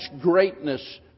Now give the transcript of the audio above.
greatness